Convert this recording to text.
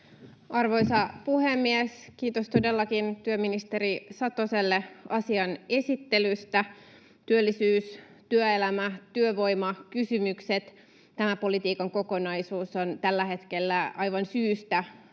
Arvoisa puhemies! Kiitos todellakin työministeri Satoselle asian esittelystä. Työllisyys, työelämä, työvoimakysymykset — tämä politiikan kokonaisuus on tällä hetkellä aivan syystä